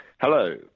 Hello